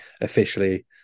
officially